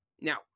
Now